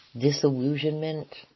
disillusionment